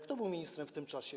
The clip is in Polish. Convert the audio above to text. Kto był ministrem w tym czasie?